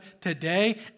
today